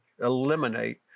eliminate